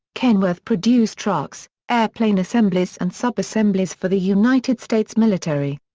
kenworth produced trucks, airplane assemblies and sub-assemblies for the united states military.